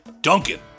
Duncan